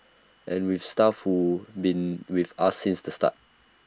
and we've staff who've been with us since the start